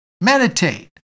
Meditate